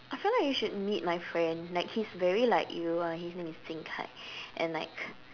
I feel like you should meet my friend like he's very like you and his name is Jing-Kai and like